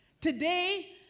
Today